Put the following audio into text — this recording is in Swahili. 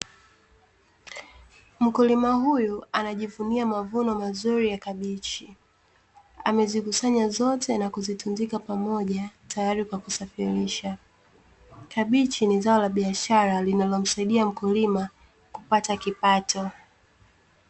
Mkulima huyu anajivunia mavuno mazuri ya kabichi, amezikusanya zote na kuzitundika pamoja tayari kwa kusafirisha, kabichi ni zao la biashara linalomsaidia mkulima kupata kipato.